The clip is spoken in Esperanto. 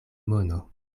mono